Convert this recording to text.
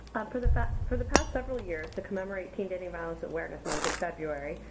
for the past for the past several years, to commemorate teen dating violence awareness month in february,